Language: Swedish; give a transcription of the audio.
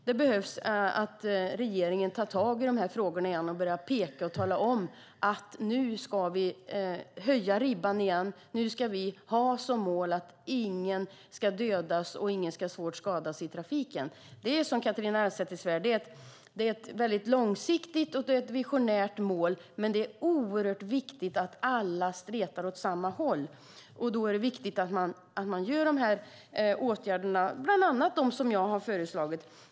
Det behövs att regeringen tar tag i de här frågorna igen, börjar peka och tala om att vi ska höja ribban igen och ha som mål att ingen ska dödas eller skadas svårt i trafiken. Det är ett mycket långsiktigt och visionärt mål, som Catharina Elmsäter-Svärd säger, men det är oerhört viktigt att alla stretar åt samma håll. Därför är det viktigt att man vidtar åtgärder, bland annat dem som jag har föreslagit.